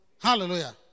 Hallelujah